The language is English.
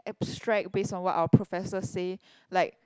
abstract based on what our professor say like